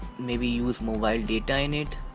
maybe use mobile data in it